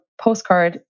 postcard